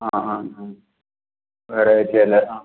ആ ആ ആ വെറൈറ്റിയല്ലേ